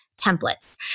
templates